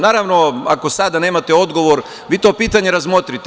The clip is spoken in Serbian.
Naravno, ako sada nemate odgovor, vi to pitanje razmotrite.